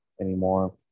anymore